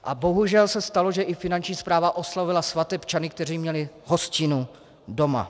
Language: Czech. A bohužel se stalo, že i Finanční správa oslovila svatebčany, kteří měli hostinu doma.